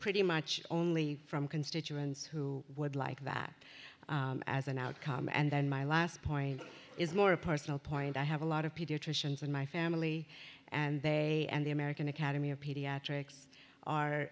pretty much only from constituents who would like that as an outcome and then my last point is more a personal point i have a lot of pediatricians in my family and they and the american academy of pediatrics are